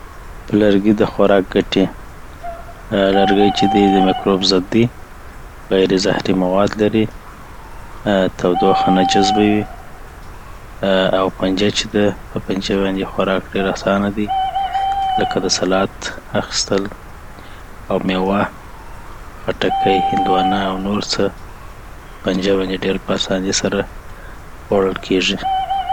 په لرګیو دخوراک ګټې آ لرګي چی دي دمکروب ضد دي غیري زهري مواد لری آ تودوخه نه جذبوي آ او پنجه چي ده په پنجي باندي خوراک ډير اسانه دي لکه د سلات اخیستل او مېوه، خټکي، هندوانه، او نور څه .په پنجه باندي ډیر په ارامه خوړل کیږي